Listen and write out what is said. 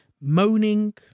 moaning